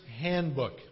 Handbook